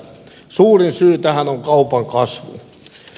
suurin syy tähän on kaupan kasvu